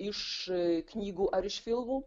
iš knygų ar iš filmų